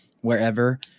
wherever